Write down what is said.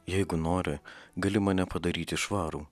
jeigu nori gali mane padaryti švarų